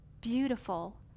beautiful